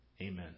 Amen